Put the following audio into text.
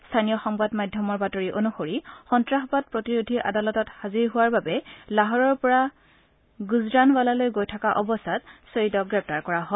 স্থানীয় সংবাদ মাধ্যমৰ বাতৰি অনুসৰি সন্তাসবাদ প্ৰতিৰোধী আদালতত হাজিৰ হোৱাৰ বাবে লাহোৰৰ পৰা গুজৰানৱালালৈ গৈ থকা অৱস্থাত ছয়ীদক গ্ৰেপ্তাৰ কৰা হয়